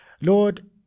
Lord